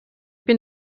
bin